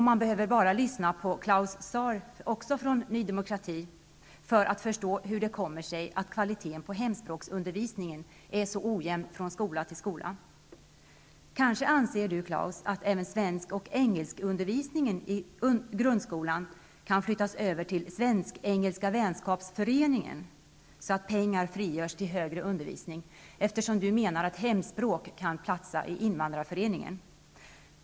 Man behöver bara lyssna på Claus Zaar, också från Ny Demokrati, för att förstå hur det kommer sig att kvaliteten på hemspråksundervisningen är så ojämn från skola till skola. Kanske även svensk och engelsk undervisning i grundskolan, Claus Zaar, kan flyttas över till svensk-engelska vänskapsföreningen, då pengar frigörs till högre undervisning, på samma sätt som ni menar att hemspråksundervisningen kan platsa i invandrarföreningar.